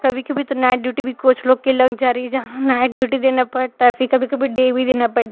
कभी कभी तो नाइट ड्यूटी भी कोच लोग के लग जा रही है जहाँ नाइट ड्यूटी देना पड़ता है फिर कभी कभी डे भी देना पड़ता